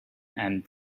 and